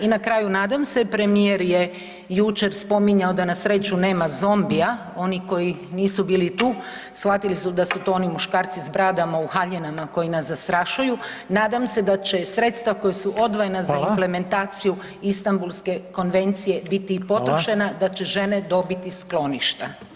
I na kraju, nadam se premijer je jučer spominjao da na sreću nema zombija, oni koji nisu bili tu shvatili su da su to oni muškarci s bradama u haljinama koji nas zastrašuju, nadam se da će sredstva koja su odvojene za implementaciju Istambulske konvencije biti potrošena da će žene dobiti skloništa.